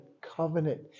covenant